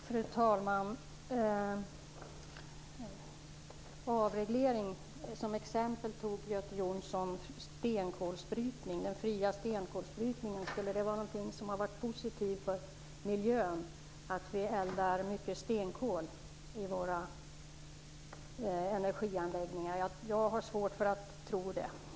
Fru talman! Som exempel på avreglering valde Göte Jonsson stenkolsbrytning. Skulle den fria stenkolsbrytningen och det förhållandet att vi eldar mycket stenkol i våra energianläggningar vara något som inverkar positivt på miljön? Jag har svårt att tro det.